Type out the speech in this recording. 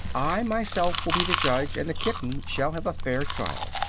i myself will be the judge, and the kitten shall have a fair trial.